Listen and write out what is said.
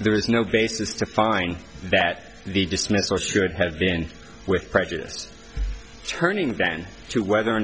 there is no basis to find that the dismissal should have been with prejudice turning than to whether or